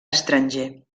estranger